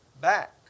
back